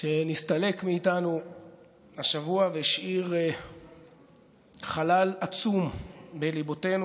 שנסתלק מאיתנו השבוע והשאיר חלל עצום בליבותינו,